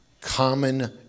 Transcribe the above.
Common